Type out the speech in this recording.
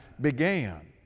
began